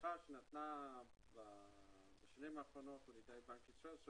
ההערכה שניתנה בשנים האחרונות על ידי בנק ישראל,